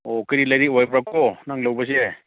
ꯑꯣ ꯀꯔꯤ ꯂꯥꯏꯔꯤꯛ ꯑꯣꯏꯕ꯭ꯔꯥꯀꯣ ꯅꯪꯅ ꯂꯧꯕꯁꯦ